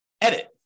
edit